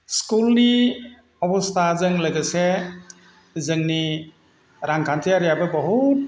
स्कुलनि अबस्थाजों लोगोसे जोंनि रांखान्थियारिआबो बहुद